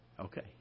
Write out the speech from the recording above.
Okay